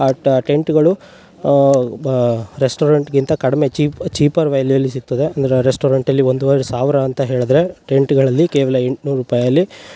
ಆ ಟೆಂಟ್ಗಳು ಬಾ ರೆಸ್ಟೋರೆಂಟ್ಗಿಂತ ಕಡಿಮೆ ಚೀಪ್ ಚೀಪರ್ ವ್ಯಾಲ್ಯು ಅಲ್ಲಿ ಸಿಗ್ತದೆ ಅಂದರೆ ರೆಸ್ಟೋರೆಂಟಲ್ಲಿ ಒಂದುವರೆ ಸಾವಿರ ಅಂತ ಹೇಳದ್ರೆ ಟೆಂಟ್ಗಳಲ್ಲಿ ಕೇವಲ ಎಂಟ್ನೂರು ರೂಪಾಯಲ್ಲಿ